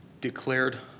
declared